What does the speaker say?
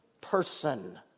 person